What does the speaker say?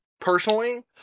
personally